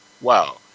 Wow